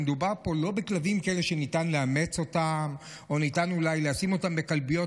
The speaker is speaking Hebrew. שמדובר פה לא בכלבים כאלה שניתן לאמץ אותם או ניתן אולי לשים בכלביות.